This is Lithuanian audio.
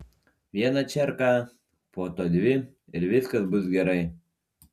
vieną čerką po to dvi ir viskas bus gerai